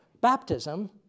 baptism